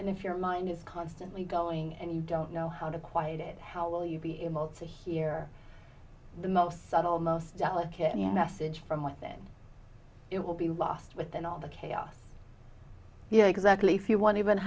and if your mind is constantly going and you don't know how to quiet it how will you be able to hear the most subtle most delicate message from within it will be lost within all the chaos you know exactly if you want even